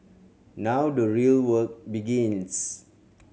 now the real work begins